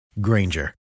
Granger